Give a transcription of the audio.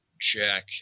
jack